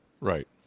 Right